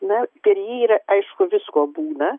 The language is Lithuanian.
ne per jį yra aišku visko būna